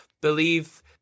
believe